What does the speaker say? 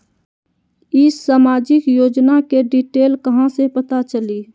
ई सामाजिक योजना के डिटेल कहा से पता चली?